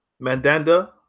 Mandanda